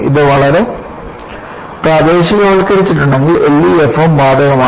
ഇത് വളരെ പ്രാദേശികവൽക്കരിച്ചിട്ടുണ്ടെങ്കിൽ LEFM ബാധകമാണ്